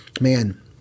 man